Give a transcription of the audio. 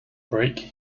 break